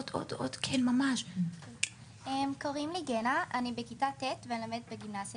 קוראים לי גנה ואני בכיתה ט' ואני לומדת בגימנסיה